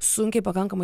sunkiai pakankamai